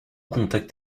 contact